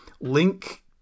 link